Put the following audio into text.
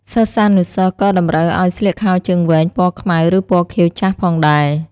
សិស្សានុសិស្សក៏តម្រូវឱ្យស្លៀកខោជើងវែង ពណ៌ខ្មៅ ឬពណ៌ខៀវចាស់ផងដែរ។